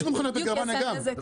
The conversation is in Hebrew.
יש מכוניות גם בגרמניה.